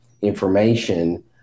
information